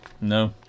No